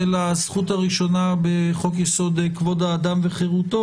הזכות הראשונה בחוק יסוד: כבוד האדם וחירותו,